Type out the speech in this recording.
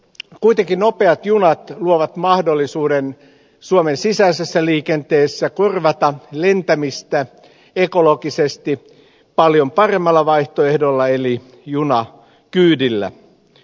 kuitenkin nopeat junat luovat mahdollisuuden suomen sisäisessä liikenteessä korvata lentämistä ekologisesti paljon paremmalla vaihtoehdolla eli junakyydillä